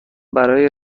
برای